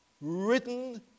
written